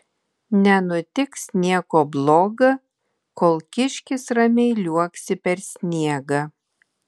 nenutiks nieko bloga kol kiškis ramiai liuoksi per sniegą